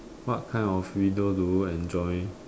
what kind of video do you enjoy